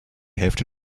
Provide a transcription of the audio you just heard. hälfte